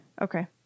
Okay